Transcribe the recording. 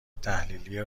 تحلیلی